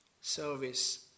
service